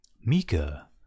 mika